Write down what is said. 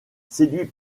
séduit